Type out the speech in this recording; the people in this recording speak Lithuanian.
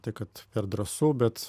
tai kad per drąsu bet